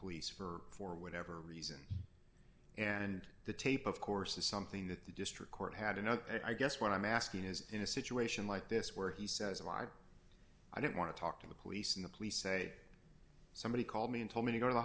police for for whatever reason and the tape of course is something that the district court had another i guess what i'm asking is in a situation like this where he says alive i don't want to talk to the police and the police say somebody called me and told me to go to the